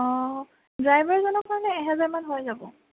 ড্ৰাইভাৰজনৰ কাৰণে এহেজাৰমান হৈ যাব